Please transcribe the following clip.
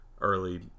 early